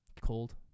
Cold